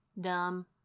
Dumb